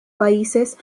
países